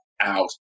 out